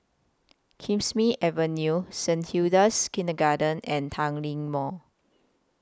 Kismis Avenue Saint Hilda's Kindergarten and Tanglin Mall